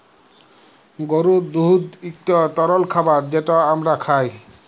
গরুর দুহুদ ইকট তরল খাবার যেট আমরা খাই